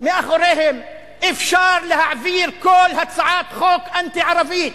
מאחוריהם, אפשר להעביר כל הצעת חוק אנטי-ערבית,